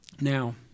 Now